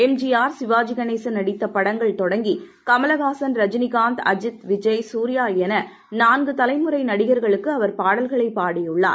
M G R Sivaji Ganesan நடித்த படங்கள் தொடங்கி கமலஹாசன் ரஜினிகாந்த் அஜித் விஜய் சூரியா என நான்கு தலைமுறை நடிகர்களுக்கு அவர் பாடல்களை பாடியுள்ளார்